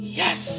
yes